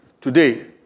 Today